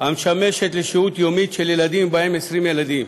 המשמשת לשהות יומית של ילדים, שבה 20 ילדים,